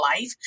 life